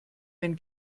wenn